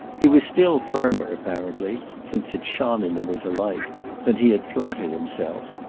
he was still firmer, apparently since it shone in him as a light than he had flattered himself.